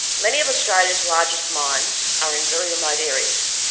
many of australia's largest mines are in very remote areas,